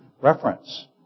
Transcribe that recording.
reference